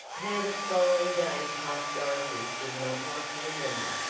how the following day passed dorothy did not want to remember.